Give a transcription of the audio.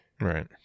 Right